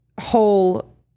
whole